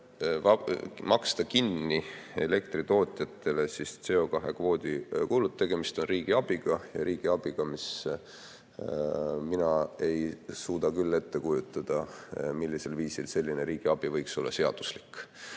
maksta kinni elektritootjatele CO2‑kvoodi kulud. Tegemist on riigiabiga, ja riigiabiga, [mille puhul] mina ei suuda ette kujutada, millisel viisil selline riigiabi võiks olla seaduslik.